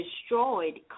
destroyed